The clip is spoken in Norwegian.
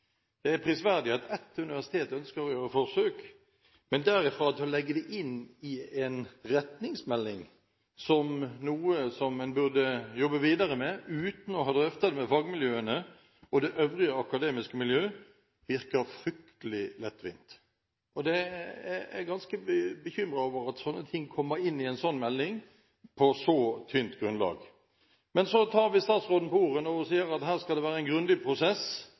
Det er prisverdig at et universitet ønsker å gjøre forsøk, men derfra til å legge det inn i en retningsmelding som noe som en burde jobbe videre med, uten å ha drøftet det med fagmiljøene og det øvrige akademiske miljø, virker fryktelig lettvint. Jeg er ganske bekymret over at slike ting kommer inn i en slik melding på så tynt grunnlag. Men vi tar statsråden på ordet når hun sier at det skal være en grundig prosess